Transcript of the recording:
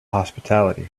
hospitality